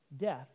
Death